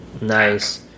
nice